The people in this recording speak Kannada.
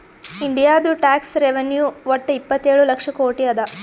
ಇಂಡಿಯಾದು ಟ್ಯಾಕ್ಸ್ ರೆವೆನ್ಯೂ ವಟ್ಟ ಇಪ್ಪತ್ತೇಳು ಲಕ್ಷ ಕೋಟಿ ಅದಾ